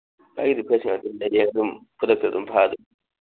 ꯑꯩꯗꯤ ꯐ꯭ꯔꯦꯁ ꯉꯥꯛꯇꯅꯤ ꯑꯩꯗꯤ ꯑꯗꯨꯝ ꯈꯨꯗꯛꯇ ꯑꯗꯨꯝ ꯐꯥꯗꯣꯏ